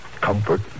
comfort